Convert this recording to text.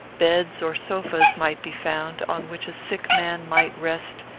beds or sofas might be found, on which a sick man might rest,